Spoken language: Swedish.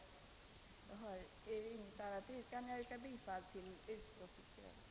Jag yrkar bifall till utskottets hemställan.